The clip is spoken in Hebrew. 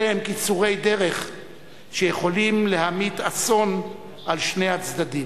אלו הם קיצורי דרך שיכולים להמיט אסון על שני הצדדים.